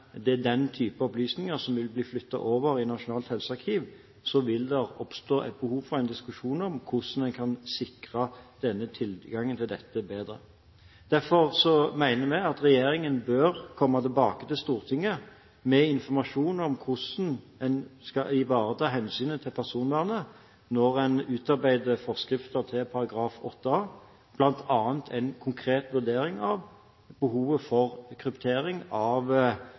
det er den type opplysninger som vil bli flyttet over til Norsk helsearkiv, vil det oppstå et behov for en diskusjon om hvordan vi kan sikre tilgangen til dette bedre. Derfor mener vi at regjeringen bør komme tilbake til Stortinget med informasjon om hvordan en skal ivareta hensynet til personvernet når en utarbeider forskrifter til § 8 a, bl.a. en konkret vurdering av behovet for kryptering av